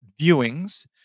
viewings